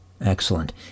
Excellent